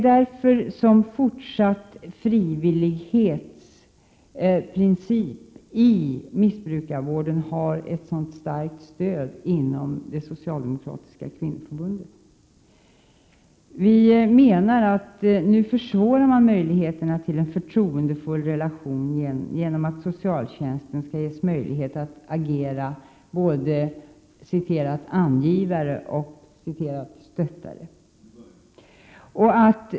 Därför har en fortsatt frivillighetsprincip i missbrukarvården ett sådant starkt stöd inom det socialdemokratiska kvinnoförbundet. Vi menar att man nu försvårar skapandet av en förtroendefull relation genom att socialtjänsten skall ges möjlighet att agera både ”angivare” och ”stöttare”.